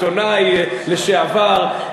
אתה עיתונאי לשעבר,